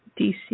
DC